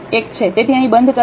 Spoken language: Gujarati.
તેથી અહીં બંધ કરવાનો મુદ્દો છે